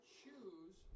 choose